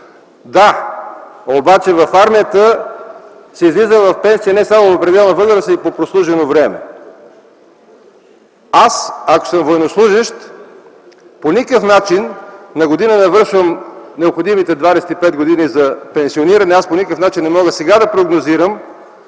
Да, обаче в армията се излиза в пенсия не само в пределна възраст, но и по прослужено време. Аз, ако съм военнослужещ и догодина навършвам необходимите 25 години за пенсиониране, по никакъв начин не мога сега да прогнозирам